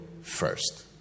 first